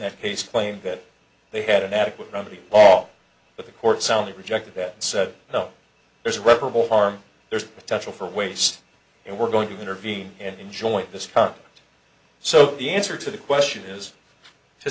that case claimed that they had an adequate remedy all but the court soundly rejected that said no there's reparable harm there's potential for waste and we're going to intervene and enjoying this conflict so the answer to the question is to